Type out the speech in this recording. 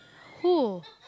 who